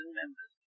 members